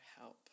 help